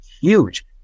huge